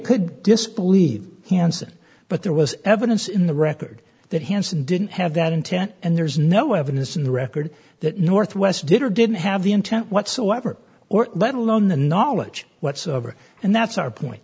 could disbelieve hanssen but there was evidence in the record that hanssen didn't have that intent and there's no evidence in the record that northwest did or didn't have the intent whatsoever or let alone the knowledge whatsoever and that's our point